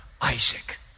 Isaac